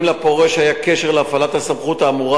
אם לפורש היה קשר להפעלת הסמכות האמורה.